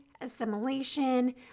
assimilation